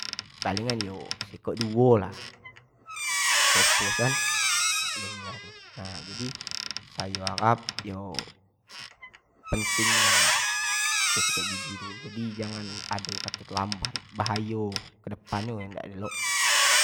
Palingan iyo sekok duo lah keropos kan jadi sayo harap yo penting nian lah kito sikat gigi tu, jadi jangan ado kato telambat bahayo kedepan nnyo kito nyesal.